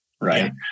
right